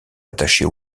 attachée